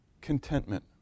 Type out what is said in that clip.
contentment